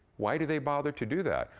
why do they bother to do that?